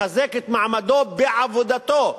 לחזק את מעמדו בעבודתו,